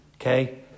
okay